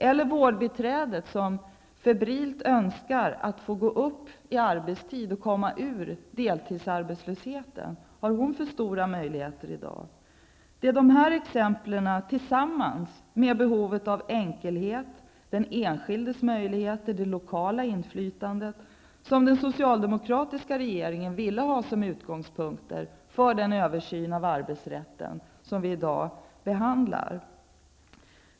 Eller hur förhåller det sig när det gäller vårdbiträdet som febrilt önskar att få komma ur deltidsarbetslösheten och få full arbetstid? Har hon för stora möjligheter i dag? Exempel som de jag nämnde och behovet av enkelhet, liksom den enskildes möjlighet till lokalt inflytande, ville den socialdemokratiska regeringen ha som utgångspunkt för den översyn av arbetsrätten som vi i dag behandlar.